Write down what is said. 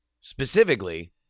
specifically